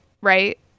right